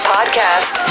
Podcast